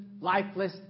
lifeless